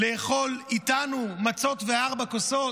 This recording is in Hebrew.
לאכול איתנו מצות, וארבע כוסות.